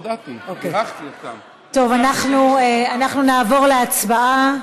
אנחנו נעבור להצבעה.